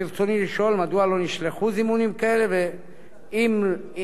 2. מדוע לא טופלו הזימונים שנשלחו?